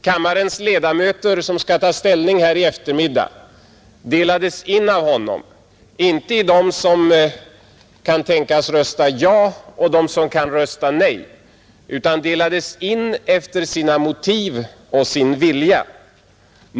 Kammarens ledamöter, som i eftermiddag skall ta ställning till denna fråga, delades av honom in, inte i dem som kan tänkas rösta ja och dem som kan tänkas rösta nej, utan efter sina motiv och sin vilja.